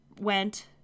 went